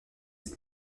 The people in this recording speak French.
ses